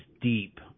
deep